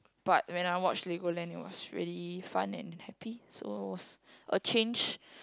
but when I watched Legoland it was really fun and happy so was a change